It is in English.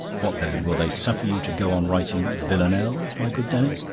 what then? will they suffer you to go on writing villanelles, my good denis?